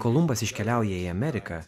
kolumbas iškeliauja į ameriką